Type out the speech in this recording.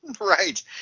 Right